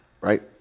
Right